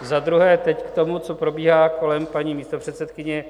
Za druhé teď k tomu, co probíhá kolem paní místopředsedkyně.